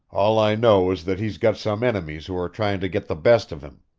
all i know is that he's got some enemies who are tryin' to get the best of him.